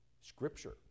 Scripture